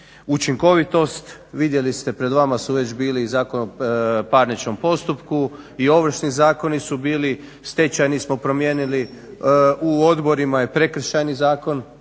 učinkovitost, vidjeli ste pred vama su već bili Zakon o parničnom postupku i ovršni zakoni su bili, stečajni smo promijenili u odborima je Prekršajni zakon